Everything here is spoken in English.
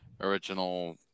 original